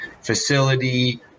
facility